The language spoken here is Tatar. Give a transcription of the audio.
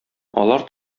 алар